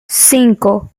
cinco